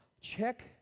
Check